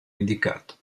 indicato